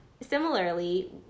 similarly